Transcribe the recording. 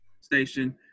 station